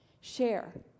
share